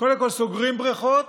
קודם כול סוגרים בריכות